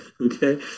Okay